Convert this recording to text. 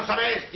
i